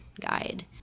guide